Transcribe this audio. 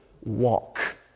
walk